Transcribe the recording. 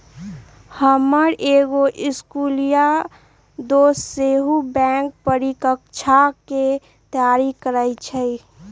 हमर एगो इस्कुलिया दोस सेहो बैंकेँ परीकछाके तैयारी करइ छइ